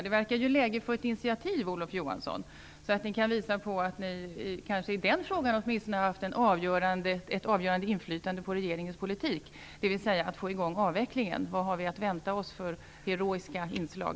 Det verkar vara läge för ett initiativ, Olof Johansson, så att ni kan visa på att ni kanske åtminstone i den frågan har haft ett avgörande inflytande på regeringens politik, dvs. att få i gång avvecklingen. Vad har vi att vänta oss för heroiska inslag?